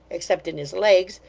except in his legs,